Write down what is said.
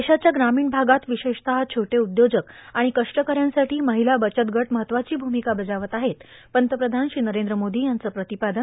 देशाच्या ग्रामीण भागात विशेषतः छोटे उद्योजक आणि कष्टकऱ्यांसाठी महिला बचतगट महत्वाची भूमिका बजावत आहेत पंतप्रधान श्री नरेंद्र मोदी यांचं प्रतिपादन